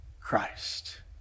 Christ